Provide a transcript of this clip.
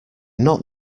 not